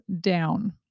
down